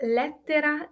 lettera